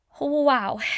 Wow